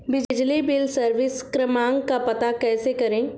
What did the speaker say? बिजली bill service क्रमांक का पता कैसे करें?